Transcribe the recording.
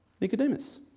Nicodemus